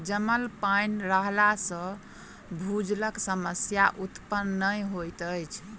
जमल पाइन रहला सॅ भूजलक समस्या उत्पन्न नै होइत अछि